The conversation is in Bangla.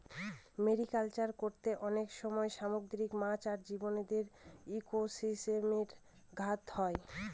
মেরিকালচার করতে অনেক সময় সামুদ্রিক মাছ আর জীবদের ইকোসিস্টেমে ঘাত হয়